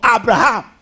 Abraham